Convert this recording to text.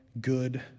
good